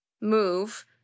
move